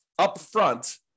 upfront